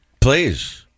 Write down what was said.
Please